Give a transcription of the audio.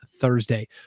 Thursday